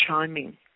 chiming